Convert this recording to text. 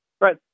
Right